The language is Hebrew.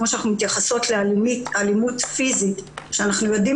כמו שאנחנו מתייחסות לאלימות פיזית שאנחנו יודעים